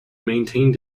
maintained